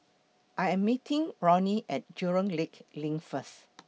I Am meeting Ronnie At Jurong Lake LINK First